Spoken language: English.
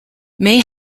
may